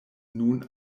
nun